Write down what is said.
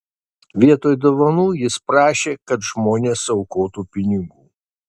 vietoj dovanų jis prašė kad žmonės aukotų pinigų